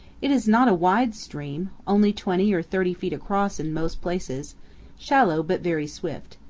it is not a wide stream only twenty or thirty feet across in most places shallow, but very swift.